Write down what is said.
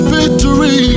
Victory